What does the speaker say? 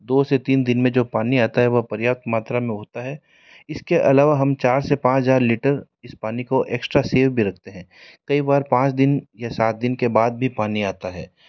दो से तीन दिन में जो पानी आता है वह पर्याप्त मात्रा में होता है इसके अलावा हम चार से पाँच हज़ार लीटर इस पानी को एक्स्ट्रा सेव भी रखते हैं कई बार पाँच दिन या सात दिन के बाद भी पानी आता है